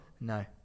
No